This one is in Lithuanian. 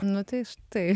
nu tai štai